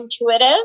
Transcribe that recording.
intuitive